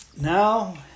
Now